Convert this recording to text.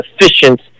efficient